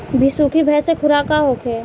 बिसुखी भैंस के खुराक का होखे?